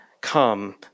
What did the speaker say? come